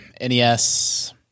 NES